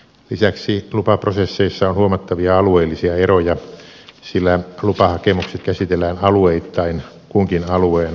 lisäksi lupaprosesseissa on huomattavia alueellisia eroja sillä lupahakemukset käsitellään alueittain kunkin alueen aluehallintovirastossa